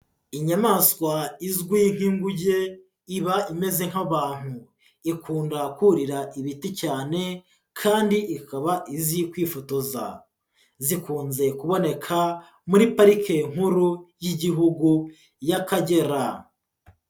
Inyamaswa izwi nk'Inguge iba imeze nk'abantu. Ikunda kurira ibiti cyane kandi ikaba izi kwifotoza. Zikunze kuboneka muri Parike Nkuru y'Igihugu y'Akagera.